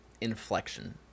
inflection